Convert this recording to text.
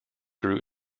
grew